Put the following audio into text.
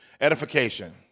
edification